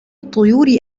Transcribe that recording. الطيور